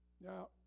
Now